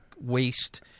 waste